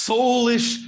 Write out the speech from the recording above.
Soulish